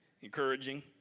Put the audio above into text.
Encouraging